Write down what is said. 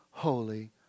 Holy